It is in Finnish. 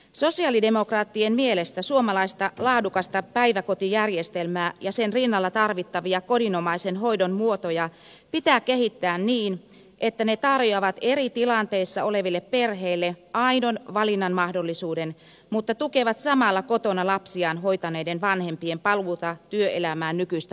sosialidemokraattien mielestä suomalaista laadukasta päiväkotijärjestelmää ja sen rinnalla tarvittavia kodinomaisen hoidon muotoja pitää kehittää niin että ne tarjoavat eri tilanteissa oleville perheille aidon valinnan mahdollisuuden mutta tukevat samalla kotona lapsiaan hoitaneiden vanhempien paluuta työelämään nykyistä joustavammin